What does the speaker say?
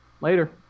later